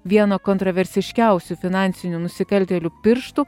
viena kontroversiškiausių finansinių nusikaltėlių pirštų